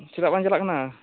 ᱪᱮᱫᱟᱜ ᱵᱟᱝ ᱪᱟᱞᱟᱜ ᱠᱟᱱᱟ